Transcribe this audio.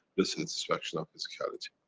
this instruction of physicality.